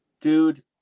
dude